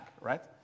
right